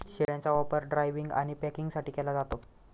शेळ्यांचा वापर ड्रायव्हिंग आणि पॅकिंगसाठी केला जातो